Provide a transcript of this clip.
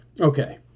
okay